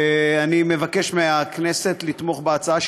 אני מבקש מהכנסת לתמוך בהצעה,